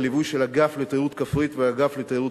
בליווי האגף לתיירות כפרית ואגף תיירות